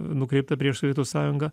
nukreipta prieš sovietų sąjungą